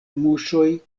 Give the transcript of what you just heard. muŝoj